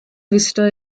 vista